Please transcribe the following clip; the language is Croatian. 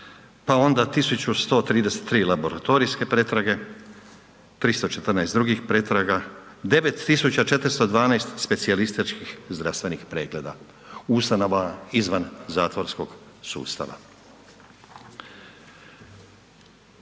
pa onda 1.133 laboratorijske pretrage, 314 drugih pretraga, 9.412 specijalističkih zdravstvenih pregleda u ustanovama izvan zatvorskog sustava.